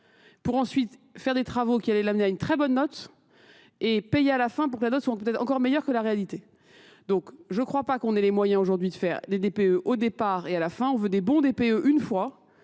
pour ensuite faire des travaux qui allaient l'amener à une très bonne note, et payait à la fin pour que la note soit encore meilleure que la réalité. Donc je ne crois pas qu'on ait les moyens aujourd'hui de faire des DPE au départ et à la fin. On veut des bons DPE une fois,